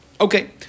Okay